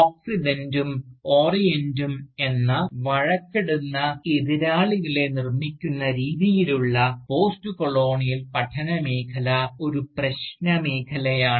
ഓക്സിഡൻറെും ഓറിയൻറെും എന്ന വഴക്കടിക്കുന്ന എതിരാളികളെ നിർമ്മിക്കുന്ന രീതിയുള്ള പോസ്റ്റ്കൊളോണിയൽ പഠന മേഖല ഒരു പ്രശ്നമേഖലയാണ്